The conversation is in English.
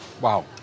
Wow